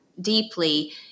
deeply